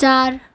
चार